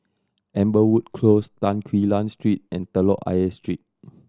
Amberwood Close Tan Quee Lan Street and Telok Ayer Street